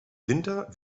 winter